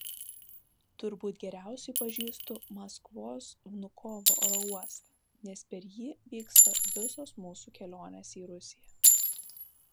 turbūt geriausiai pažįstu maskvos vnukovo oro uostą nes per jį vyksta visos mūsų kelionės į rusiją